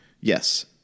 Yes